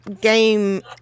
game